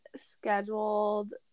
scheduled